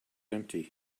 empty